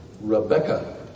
Rebecca